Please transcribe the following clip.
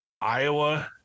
Iowa